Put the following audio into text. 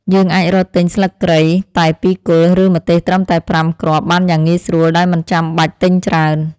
យើងអាចរកទិញស្លឹកគ្រៃតែពីរគល់ឬម្ទេសត្រឹមតែប្រាំគ្រាប់បានយ៉ាងងាយស្រួលដោយមិនចាំបាច់ទិញច្រើន។